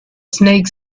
snake